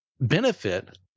benefit